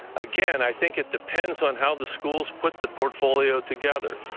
again, i think it depends on how the schools put the portfolio together.